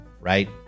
right